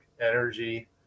energy